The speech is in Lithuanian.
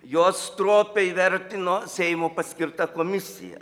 juos stropiai įvertino seimo paskirta komisija